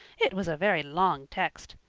it was a very long text.